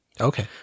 Okay